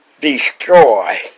destroy